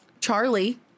Charlie